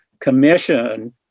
commission